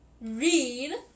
read